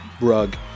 rug